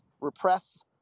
repress